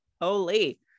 Holy